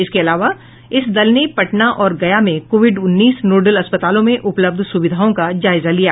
इसके अलावा इस दल ने पटना और गया में कोविड उन्नीस नोडल अपस्पतालों में उपलब्ध सूविधाओं का जायजा लिया